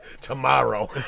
tomorrow